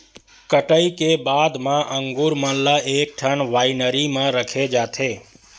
कटई के बाद म अंगुर मन ल एकठन वाइनरी म रखे जाथे